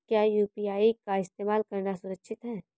क्या यू.पी.आई का इस्तेमाल करना सुरक्षित है?